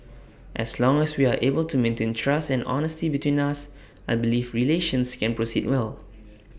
as long as we are able to maintain trust and honesty between us I believe relations can proceed well